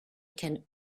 can